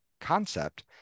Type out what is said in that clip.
concept